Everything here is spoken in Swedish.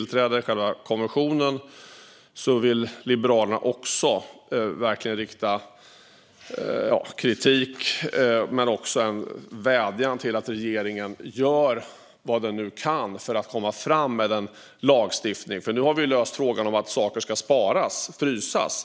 Liberalerna vill dock också verkligen rikta kritik men även en vädjan till regeringen att nu göra vad den kan för att komma fram med en lagstiftning. Nu har vi löst frågan om att saker ska sparas och frysas.